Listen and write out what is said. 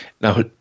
Now